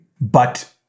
But-